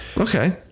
Okay